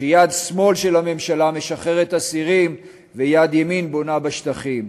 כשיד שמאל של הממשלה משחררת אסירים ויד ימין בונה בשטחים,